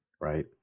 right